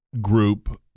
group